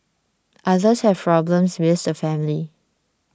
others have problems with the family